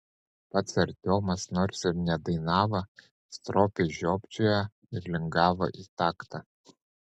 pats artiomas nors ir nedainavo stropiai žiopčiojo ir lingavo į taktą